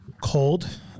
Cold